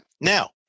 Now